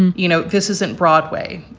and you know, this isn't broadway.